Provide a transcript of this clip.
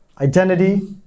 identity